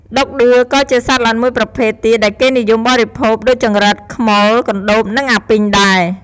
ឌុកឌឿ ក៏ជាសត្វល្អិតមួយប្រភេទទៀតដែលគេនិយមបរិភោគ ដូចចង្រិត ខ្មុល កណ្ដូប និងអាពីងដែរ។